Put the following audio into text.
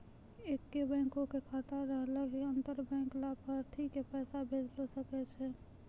एक्के बैंको के खाता रहला से अंतर बैंक लाभार्थी के पैसा भेजै सकै छै